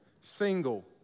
Single